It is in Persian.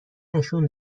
نشون